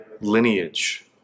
lineage